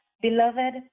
Beloved